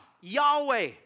Yahweh